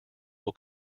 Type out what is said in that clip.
will